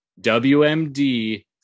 WMD